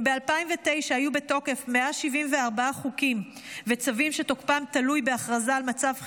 אם ב-2009 היו בתוקף 174 חוקים וצווים שתוקפם תלוי בהכרזה על מצב חירום,